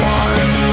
one